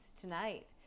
tonight